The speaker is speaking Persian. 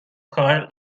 کارل